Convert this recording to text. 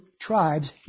tribes